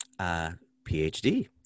PhD